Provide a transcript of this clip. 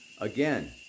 again